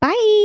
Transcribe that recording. Bye